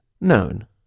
known